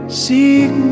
seek